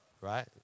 right